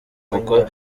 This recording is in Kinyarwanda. kuko